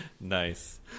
nice